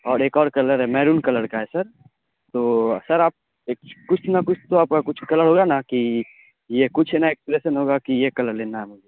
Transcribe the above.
اور ایک اور کلر ہے مہرون کلر کا ہے سر تو سر آپ ایک کچھ نہ کچھ تو آپ کا کچھ کلر ہوگا نا کہ یہ کچھ نا ایکسپریسن ہوگا کہ یہ کلر لینا ہے ہمیں